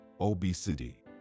obesity